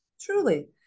Truly